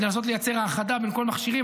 כדי לנסות לייצר האחדה בין כל המכשירים,